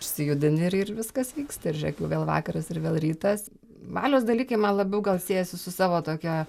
išsijudini ir ir viskas vyksta ir žiūrėk jau vėl vakaras ir vėl rytas valios dalykai man labiau gal siejasi su savo tokia